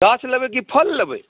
गाछ लेबै कि फल लेबै